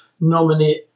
nominate